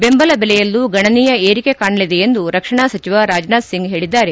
ಬೆಂಬಲಬೆಲೆಯಲ್ಲೂ ಗಣನೀಯ ವಿಂಕೆ ಕಾಣಲಿದೆ ಎಂದು ರಕ್ಷಣಾ ಸಚಿವ ರಾಜನಾಥ್ ಸಿಂಗ್ ಪೇಳದ್ದಾರೆ